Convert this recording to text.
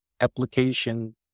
application